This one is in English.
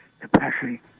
capacity